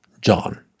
John